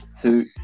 two